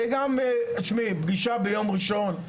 פגישה ביום ראשון,